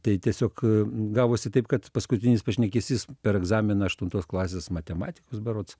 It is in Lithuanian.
tai tiesiog gavosi taip kad paskutinis pašnekesys per egzaminą aštuntos klasės matematikos berods